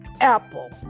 apple